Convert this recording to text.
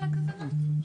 זה יהיה בטור ג' הכוונה?